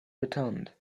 returned